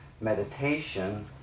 meditation